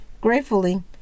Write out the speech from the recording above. Gratefully